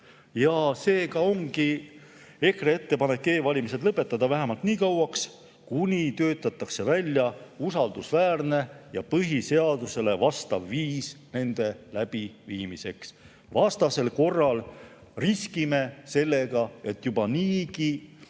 Seega ongi EKRE‑l ettepanek e‑valimised lõpetada vähemalt nii kauaks, kuni töötatakse välja usaldusväärne ja põhiseadusele vastav viis nende läbiviimiseks. Vastasel korral riskime sellega, et juba niigi